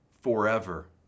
forever